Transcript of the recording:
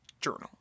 journal